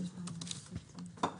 הערות אנשי המקצוע ונסיים את